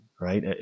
Right